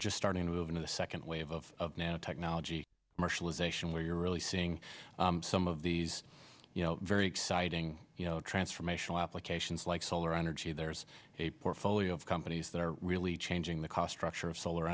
just starting to move into the second wave of nanotechnology marshall is a show where you're really seeing some of these you know very exciting you know transformational applications like solar energy there's a portfolio of companies that are really changing the cost structure of solar